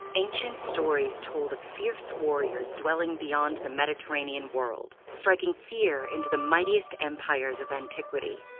ancient stories told of fierce warriors dwelling beyond the mediterranean world, striking fear into the mightiest empires of antiquity.